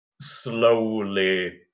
slowly